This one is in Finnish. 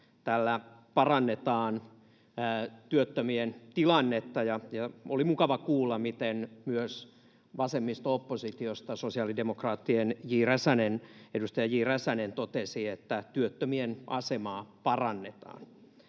Tällä parannetaan työttömien tilannetta, ja oli mukava kuulla, miten myös vasemmisto-oppositiosta sosiaalidemokraattien edustaja J. Räsänen totesi, että työttömien asemaa parannetaan.